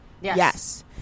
Yes